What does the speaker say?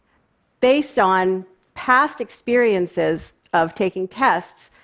based on past experiences of taking tests,